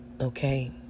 Okay